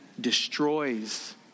destroys